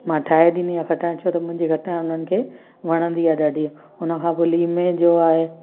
मां ठाहे ॾींदी आहे खटाइणु छो त मुंहिंजी खटाइणु उन्हनि खे वणंदी आहे ॾाढी उन खां पोइ लीमे जो आहे